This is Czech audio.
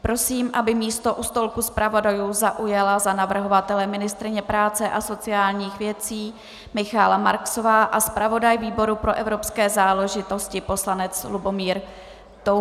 Prosím, aby místo u stolku zpravodajů zaujala za navrhovatele ministryně práce a sociálních věcí Michaela Marksová a zpravodaj výboru pro evropské záležitosti poslanec Lubomír Toufar.